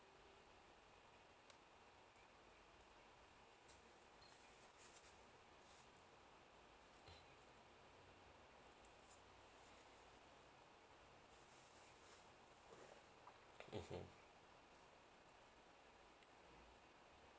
you